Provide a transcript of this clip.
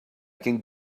can